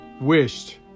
wished